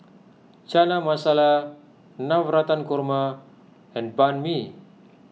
Chana Masala Navratan Korma and Banh Mi